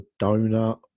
donut